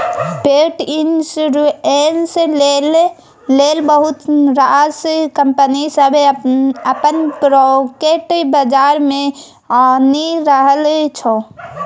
पेट इन्स्योरेन्स लेल बहुत रास कंपनी सब अपन प्रोडक्ट बजार मे आनि रहल छै